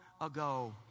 ago